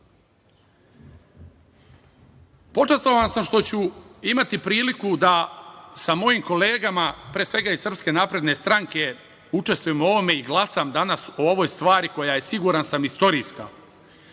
trenutak. Počastvovan sam što ću imati priliku da sa mojim kolegama, pre svega, iz Srpske napredne stranke učestvujem u ovome i glasam danas o ovoj stvari koja je, siguran sam, istorijska.